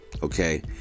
Okay